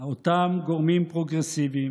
אותם גורמים פרוגרסיביים